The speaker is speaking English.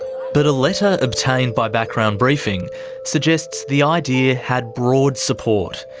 but a letter obtained by background briefing suggests the idea had broad support.